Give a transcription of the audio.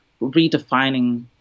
redefining